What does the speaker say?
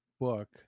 book